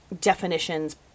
definitions